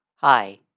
Hi